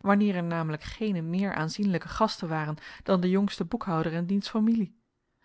wanneer er namelijk geene meer aanzienlijke gasten waren dan de jongste boekhouder en diens familie